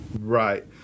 Right